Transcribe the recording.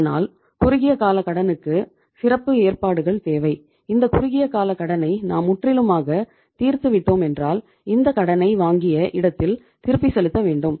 ஆனால் குறுகிய கால கடனுக்கு சிறப்பு ஏற்பாடுகள் தேவை இந்த குறுகிய கால கடனை நாம் முற்றிலுமாக தீர்த்து விட்டோம் என்றால் இந்த கடனை வாங்கிய இடத்தில் திருப்பி செலுத்த வேண்டும்